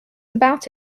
about